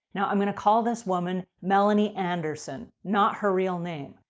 now, i'm going to call this woman melanie anderson, not her real name.